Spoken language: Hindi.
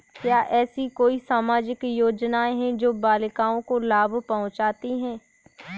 क्या ऐसी कोई सामाजिक योजनाएँ हैं जो बालिकाओं को लाभ पहुँचाती हैं?